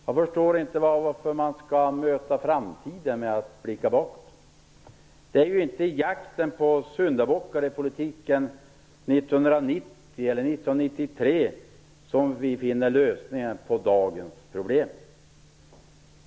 Jag förstår inte varför man skall möta framtiden med att blicka bakåt. Det är inte i jakten på syndabockar i politiken år 1990 eller år 1993 som vi finner lösningar på dagens problem.